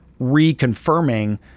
reconfirming